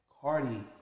Cardi